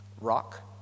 Rock